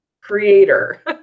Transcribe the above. creator